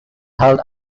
held